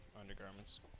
undergarments